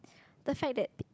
the fact that